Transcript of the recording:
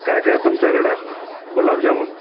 काय काय आहे तुमच्याकडे गुलाब जामून